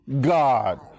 God